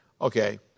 Okay